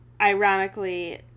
ironically